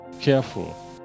careful